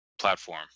platform